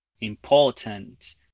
important